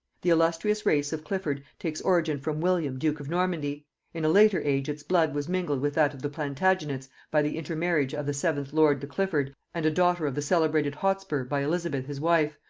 the illustrious race of clifford takes origin from william duke of normandy in a later age its blood was mingled with that of the plantagenets by the intermarriage of the seventh lord de clifford and a daughter of the celebrated hotspur by elizabeth his wife,